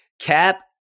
Cap